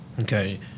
okay